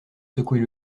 secouer